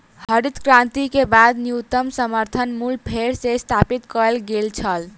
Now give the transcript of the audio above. हरित क्रांति के बाद न्यूनतम समर्थन मूल्य फेर सॅ स्थापित कय गेल छल